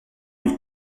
lui